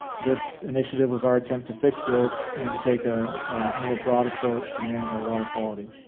this initiative was our attempt to fix this and to take a more broad approach to manage our water quality.